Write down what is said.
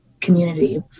community